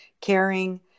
caring